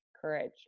courage